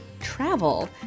travel